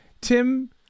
Tim